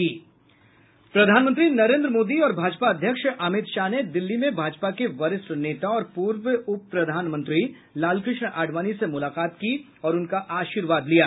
प्रधानमंत्री नरेन्द्र मोदी और भाजपा अध्यक्ष अमित शाह ने दिल्ली में भाजपा के वरिष्ठ नेता और पूर्व उपप्रधानमंत्री लालकृष्ण आडवाणी से मुलाकात की और उनका आशीर्वाद लिया